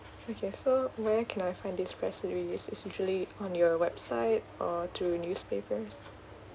okay so where can I find this press release it's usually on your website or during newspaper